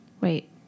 wait